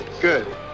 Good